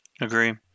agree